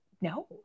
no